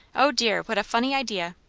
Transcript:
oh, dear, what a funny idea!